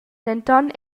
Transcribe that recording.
denton